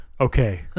okay